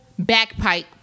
backpipe